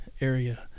area